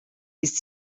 ist